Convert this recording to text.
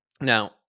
now